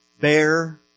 bear